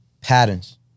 Patterns